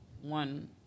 one